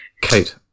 kate